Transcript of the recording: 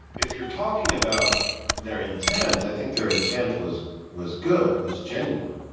if you're talking about their intent, i think their intent was was good, was genuine.